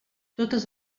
totes